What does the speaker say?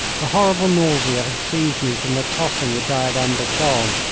a horrible nausea had seized me from the tossing which i had undergone,